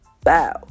Bow